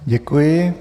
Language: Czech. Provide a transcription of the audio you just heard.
Děkuji.